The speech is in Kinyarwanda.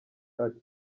ati